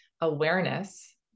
awareness